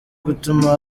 gutuma